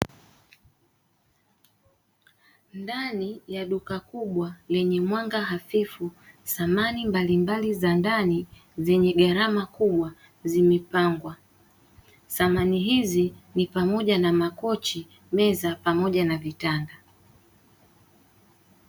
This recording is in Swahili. Ndani ya duka kubwa lenye mwanga hafifu, samani mbalimbali za ndani zenye gharama kubwa zimepangwa, samani hizi ni pamoja na makochi, meza na vitanda.